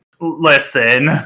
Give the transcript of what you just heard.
listen